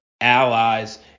allies